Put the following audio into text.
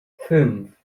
fünf